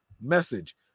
message